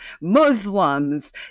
muslims